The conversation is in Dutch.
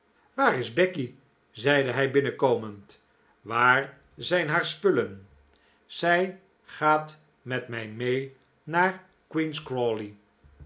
waar is becky zeide hij binnenkomend waar zijn haar spullen zij gaat met mij mee naar queen's